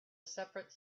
separate